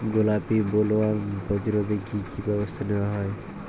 গোলাপী বোলওয়ার্ম প্রতিরোধে কী কী ব্যবস্থা নেওয়া হয়?